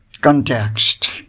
context